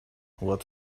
what